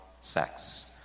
sex